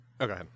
Okay